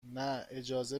نه، اجازه